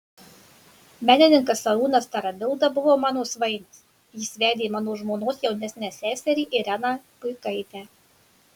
menininkas arūnas tarabilda buvo mano svainis jis vedė mano žmonos jaunesnę seserį ireną buikaitę